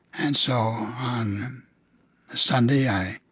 and so, on sunday, i